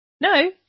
no